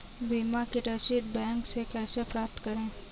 बीमा की रसीद बैंक से कैसे प्राप्त करें?